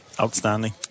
outstanding